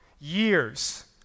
years